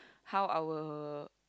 how our